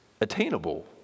attainable